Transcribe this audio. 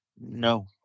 No